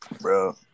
bro